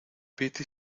piti